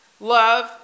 love